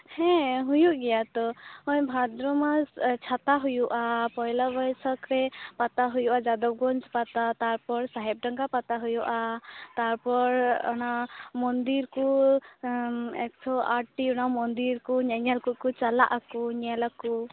ᱦᱮᱸ ᱦᱩᱭᱩᱜ ᱜᱮᱭᱟ ᱛᱚ ᱦᱚᱭ ᱵᱷᱟᱫᱨᱚ ᱢᱟᱥ ᱪᱷᱟᱛᱟ ᱦᱩᱭᱩᱜᱼᱟ ᱯᱳᱭᱞᱟ ᱵᱟ ᱭᱥᱟ ᱠ ᱨᱮ ᱯᱟᱛᱟ ᱦᱩᱭᱩᱜ ᱼᱟ ᱡᱟᱫᱚᱵᱽᱜᱚᱧᱡᱽ ᱯᱟᱛᱟ ᱛᱟᱨᱯᱚᱨ ᱥᱟᱦᱮᱵᱽᱰᱟᱝᱜᱟ ᱯᱟᱛᱟ ᱦᱩᱭᱩᱜ ᱼᱟ ᱛᱟᱨᱯᱚᱨ ᱚᱱᱟ ᱢᱚᱱᱫᱤᱨ ᱠᱳ ᱮᱸ ᱮᱠᱥᱚ ᱟᱴᱴᱤ ᱚᱱᱟ ᱢᱚᱱᱫᱤᱨ ᱠᱚ ᱧᱮᱧᱮᱞ ᱠᱚᱠᱚ ᱪᱟᱞᱟᱜ ᱟᱠᱚ ᱧᱮᱞᱟᱠᱳ